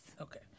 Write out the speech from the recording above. Okay